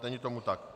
Není tomu tak.